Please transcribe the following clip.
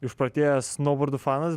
išprotėjęs snoubordų fanas